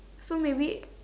so maybe